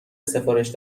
سفارش